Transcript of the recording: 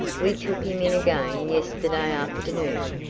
we took him in again yesterday afternoon.